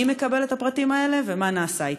מי מקבל את הפרטים האלה ומה נעשה אתו?